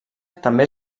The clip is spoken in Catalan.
també